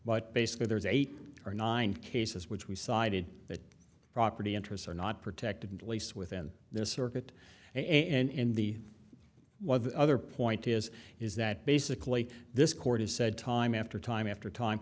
but basically there's eight or nine cases which we sided that property interests are not protected least within their circuit and the one other point is is that basically this court has said time after time after time